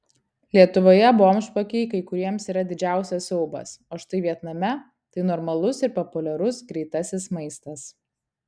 lietuvoje bomžpakiai kai kuriems yra didžiausias siaubas o štai vietname tai normalus ir populiarus greitasis maistas